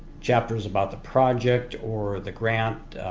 chapters about the project or the grant,